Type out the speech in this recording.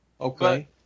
Okay